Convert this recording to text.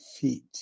feet